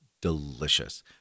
delicious